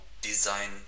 design